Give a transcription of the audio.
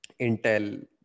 intel